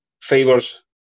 favors